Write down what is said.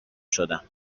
شدم